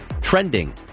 trending